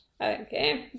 Okay